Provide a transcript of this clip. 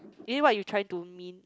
is it what you try to mean